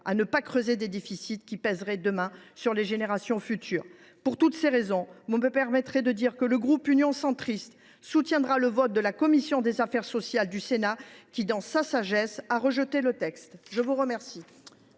à ne pas creuser des déficits qui pèseraient demain sur les générations futures. Pour toutes ces raisons, le groupe Union Centriste soutiendra le vote de la commission des affaires sociales du Sénat, qui, dans sa sagesse, a rejeté le présent texte.